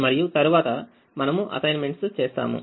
మరియు తరువాత మనము అసైన్మెంట్స్ చేస్తాము